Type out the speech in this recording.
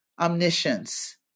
omniscience